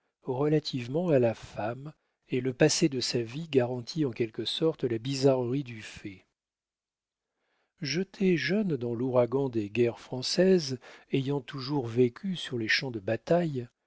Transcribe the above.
relativement à la femme et le passé de sa vie garantit en quelque sorte la bizarrerie du fait jeté jeune dans l'ouragan des guerres françaises ayant toujours vécu sur les champs de bataille